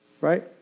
right